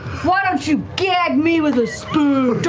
why don't you gag me with a spoon?